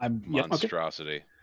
monstrosity